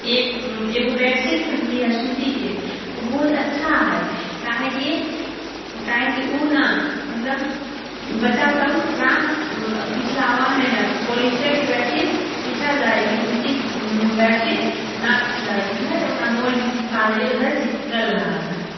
एक एगो बेडशीट खरिदलिएहँ सूतीके ओ बहुत अच्छा हइ काहे कि ओ ने मतलब बच्चासब ओकरा पिछलावैहँ ने पॉलिस्टरके बेडशीट पिछल जा हइ लेकिन सूती बेडशीट ना पिछल हइ जिधर ओकरा मोड़के चिपका देल उधर चिपकल रहऽ हइ